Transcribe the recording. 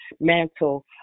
mantle